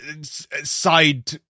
side